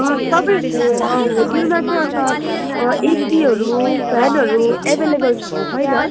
तपाईँहरूको होटलमा चाहिँ अन्त एसीहरू फेनहरू अभाइलेबल छ कि छैन